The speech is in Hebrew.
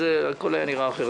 אז הכול היה נראה אחרת.